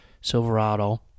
Silverado